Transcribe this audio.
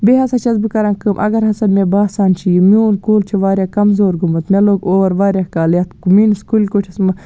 بیٚیہِ ہسا چھَس بہٕ کران کٲم اگر ہسا مےٚ باسان چھِ یہِ میون کُل چھُ واریاہ کَمزور گوٚمُت مےٚ لوٚگ اور واریاہ کال یَتھ میٲنِس کُلۍ کُٹھِس مہ